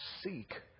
Seek